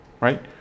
right